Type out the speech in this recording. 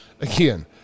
again